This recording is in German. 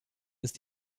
ist